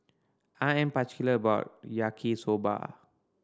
I am particular about Yaki Soba